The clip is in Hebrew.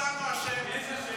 מצאנו אשם.